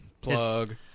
plug